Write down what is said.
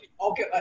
Okay